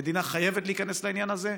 המדינה חייבת להיכנס לעניין הזה,